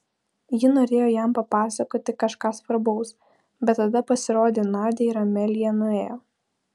ji norėjo jam papasakoti kažką svarbaus bet tada pasirodė nadia ir amelija nuėjo